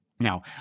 Now